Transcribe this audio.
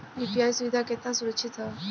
UPI सुविधा केतना सुरक्षित ह?